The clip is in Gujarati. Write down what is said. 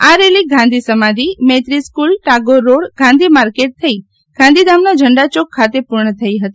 આ રેલી Gandhi Samadhi Maitri School Tagore Road Gandhi Market થઈ ગાંધીધામના ઝંડાચોક ખાતે પૂર્ણ થઈ ફતી